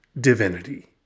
divinity